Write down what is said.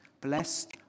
Blessed